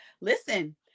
Listen